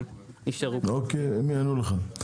אוקיי, הם יענו לך.